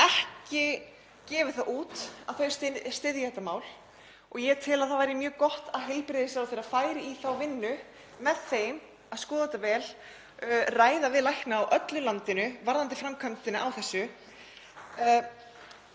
ekki gefið það út að það styðji þetta mál. Ég tel að það væri mjög gott að heilbrigðisráðherra fari í þá vinnu með þeim að skoða þetta vel og ræði við lækna á öllu landinu um framkvæmdina á þessu,